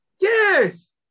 Yes